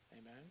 Amen